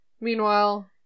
meanwhile